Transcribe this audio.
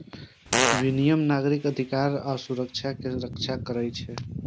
विनियम नागरिक अधिकार आ सुरक्षा के रक्षा करै छै